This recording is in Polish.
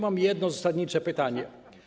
Mam jedno zasadnicze pytanie.